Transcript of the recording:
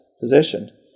position